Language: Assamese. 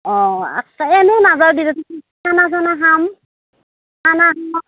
অঁ আচ্ছা এনেও নাযাওঁ দে খানা চানা খাম খানা চানা